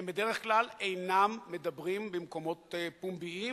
הם בדרך כלל אינם מדברים במקומות פומביים,